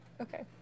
okay